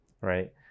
right